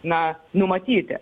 na numatyti